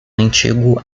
antigo